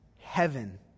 heaven